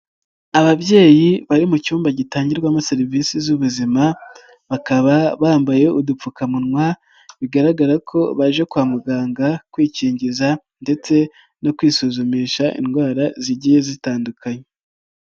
Ababyeyi bari mu cyumba gitangirwamo serivisi z'ubuzima bakaba bambaye udupfukamunwa bigaragara ko baje kwa muganga kwikingiza ndetse no kwisuzumisha indwara zigiye zitandukanye.